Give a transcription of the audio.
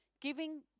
giving